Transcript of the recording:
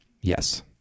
Yes